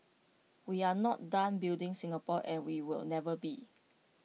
we are not done building Singapore and we will never be